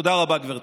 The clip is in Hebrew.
תודה רבה, גברתי.